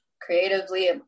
creatively